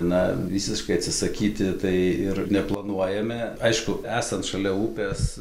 na visiškai atsisakyti tai ir neplanuojame aišku esant šalia upės